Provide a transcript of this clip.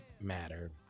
matter